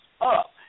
up